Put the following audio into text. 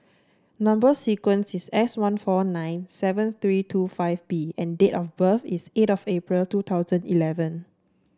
number sequence is S one four nine seven three two five B and date of birth is eight of April two thousand eleven